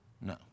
no